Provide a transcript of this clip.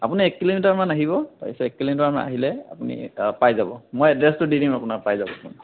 আপুনি এক কিলোমিটাৰমান আহিব তাৰপাছত এক কিলোমিটাৰমান আহিলে আপুনি পাই যাব মই এড্ৰেচটো দি দিম আপোনাক পাই যাব